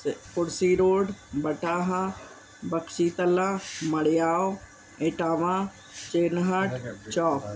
स कुर्सी रोड बटाहा बक्शी तलाउ मड़ियाओ इटावा चिनहट चौक